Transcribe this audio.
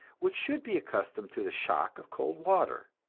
which should be accustomed to the shock of cold water.